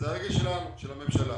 זו הרגל שלנו, של הממשלה.